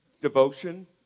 devotion